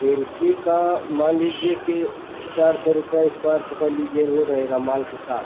खिड़की का मान लीजिए कि चार सौ रूपए स्क्वायर पकड़ लीजिए वो रहेगा माल के साथ